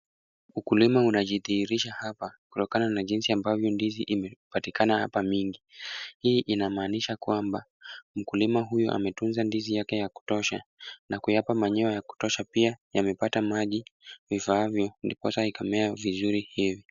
Ukulima unadhidihirisha hapa, kutokana jinzi ambavyo ndizi imepatikana hapa mingi, hii inamaanisha kwamba .mkulima huyu ametunza ndizi yake ya kutosha. na kuyapa manyoya ya kutosha pia. yamepata maji vifaavyo ndiposa ikamea vizuri hivi.